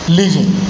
living